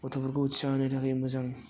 गथ'फोरखौ थाखाय मोजां